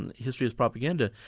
and history as propaganda.